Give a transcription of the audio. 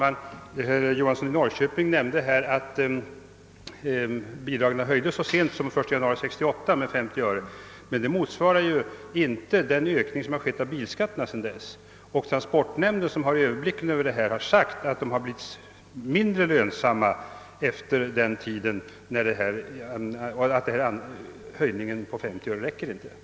Herr talman! Herr Johansson i Norrköping nämnde att bidraget höjdes så sent som den 1 januari 1968 med 50 öre. Detta motsvarar emellertid inte den ökning av bilskatterna som skett sedan dess. Transportnämnden, som har överblick över dessa frågor, har framhållit att busslinjerna nu blivit mindre lönsamma och att höjningen med 50 öre inte längre räcker.